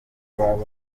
w’abana